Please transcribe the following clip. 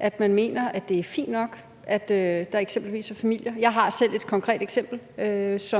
at man mener, at det er fint nok. Jeg har selv et konkret eksempel